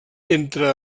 entre